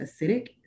acidic